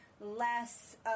less